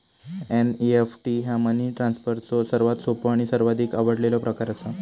NEFT ह्या money ट्रान्सफरचो सर्वात सोपो आणि सर्वाधिक आवडलेलो प्रकार असा